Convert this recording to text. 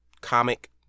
comic